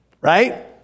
right